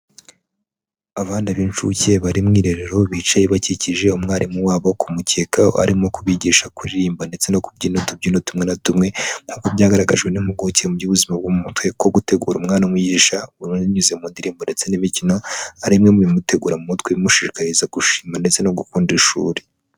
Abana b'incuke bari mu mwiherero, bicaye bakikije umwarimu wabo kumukeka, arimo kubigisha kuririmba ndetse no kubyina utubyino tumwe na tumwe, nkuko byagaragajwe n'impuguke mu by'ubuzima bwo mu mutwe, gutegura umwana umwigisha binyuze mu ndirimbo ndetse n'imikino, ari bimwe mubimutegura mu mutwe, bimushishikariza gushima ndetse no gukunda ishuri.